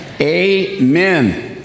Amen